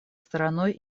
стороной